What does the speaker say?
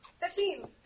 Fifteen